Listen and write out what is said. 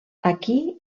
aquí